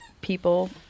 people